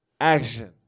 Action